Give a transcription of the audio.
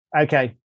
okay